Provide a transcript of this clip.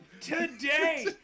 today